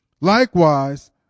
Likewise